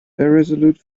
irresolute